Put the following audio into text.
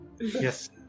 Yes